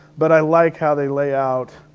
but i like how they lay out.